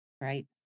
Right